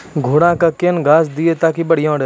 घोड़ा का केन घास दिए ताकि बढ़िया रहा?